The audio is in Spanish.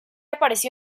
apareció